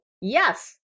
Yes